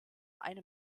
eine